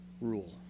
rule